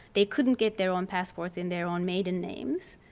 they couldn't get their own passports in their own maiden names.